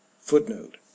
Footnote